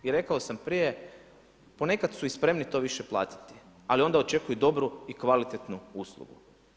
I rekao sam prije, ponekad su i spremni više platiti, ali onda očekuju dobru i kvalitetnu uslugu.